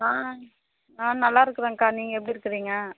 ஆ நான் நல்லாயிருக்குறேக்கா நீங்கள் எப்படி இருக்குறீங்க